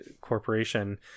corporation